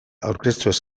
aurkeztuz